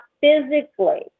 physically